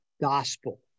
gospel